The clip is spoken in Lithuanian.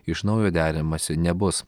iš naujo deramasi nebus